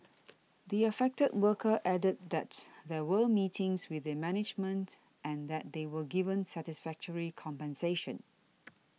the affected worker added that's there were meetings with the managements and that they were given satisfactory compensation